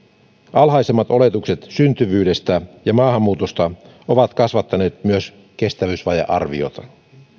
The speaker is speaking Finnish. alhaisemmat oletukset syntyvyydestä ja maahanmuutosta ovat kasvattaneet myös kestävyysvajearviota